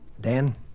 Dan